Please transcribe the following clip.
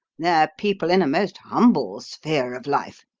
they're people in a most humble sphere of life.